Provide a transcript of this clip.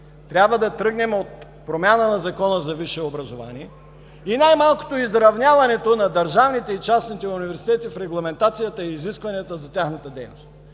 трябва да тръгнем от промяна на Закона за висше образование и най-малкото изравняването на държавните и частните университети в регламентацията и изискванията за тяхната дейност.